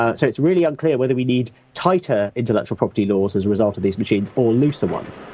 ah so it's really unclear whether we need tighter intellectual property laws as a result of these machines or looser ones.